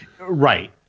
Right